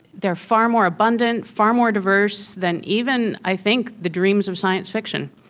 they are far more abundant, far more diverse than even i think the dreams of science fiction.